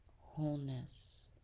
Wholeness